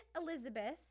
Elizabeth